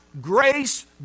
grace